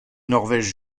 norvège